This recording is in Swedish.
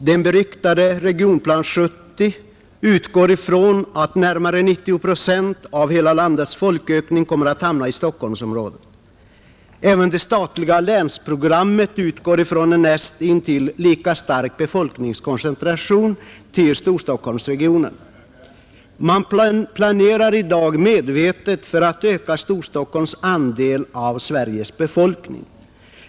Den beryktade Regionplan 70 utgår ifrån att nära 90 procent av hela landets folkökning kommer att hamna i Stockholmsområdet. Även det statliga länsprogrammet utgår från en näst intill lika stark befolkningskoncentration till Storstockholmsregionen. Man planerar i dag medvetet för att öka Storstockholms andel av Sveriges befolkning.